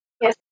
Yes